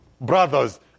brothers